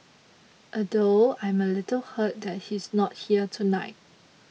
although I'm a little hurt that he's not here tonight